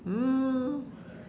um